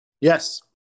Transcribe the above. Yes